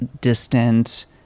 distant